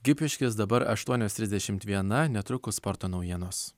gipiškis dabar aštuonios trisdešimt viena netrukus sporto naujienos